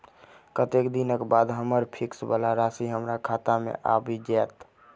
कत्तेक दिनक बाद हम्मर फिक्स वला राशि हमरा खाता मे आबि जैत?